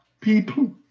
people